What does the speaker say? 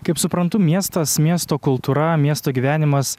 kaip suprantu miestas miesto kultūra miesto gyvenimas